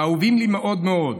האהובים עליי מאוד מאוד,